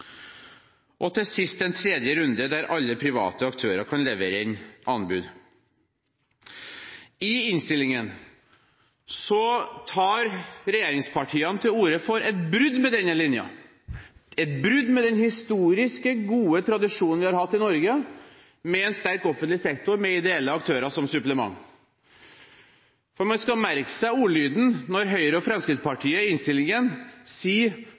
arbeidsvilkår. Til sist har man en tredje runde, der alle private aktører kan levere inn anbud. I innstillingen tar regjeringspartiene til orde for et brudd med denne linja – et brudd med den historiske, gode tradisjonen vi har hatt i Norge med en sterk offentlig sektor med ideelle aktører som supplement. For man skal merke seg ordlyden når Høyre og Fremskrittspartiet i innstillingen sier